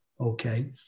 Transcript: okay